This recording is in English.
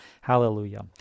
Hallelujah